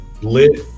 lit